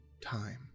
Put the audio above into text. time